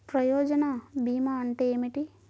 ప్రయోజన భీమా అంటే ఏమిటి?